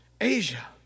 Asia